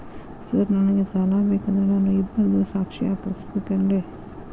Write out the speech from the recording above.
Sir ನನಗೆ ಸಾಲ ಬೇಕಂದ್ರೆ ನಾನು ಇಬ್ಬರದು ಸಾಕ್ಷಿ ಹಾಕಸಬೇಕೇನ್ರಿ?